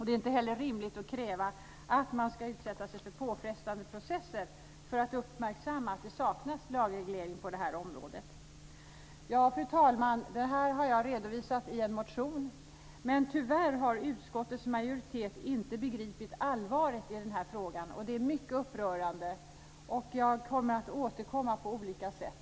Det är inte heller rimligt att kräva att man ska utsättas för påfrestande processer för att det ska uppmärksammas att det saknas lagreglering på området. Fru talman! Detta har jag redovisat i en motion, men tyvärr har utskottets majoritet inte begripit allvaret i frågan. Det är mycket upprörande. Jag kommer att återkomma på olika sätt.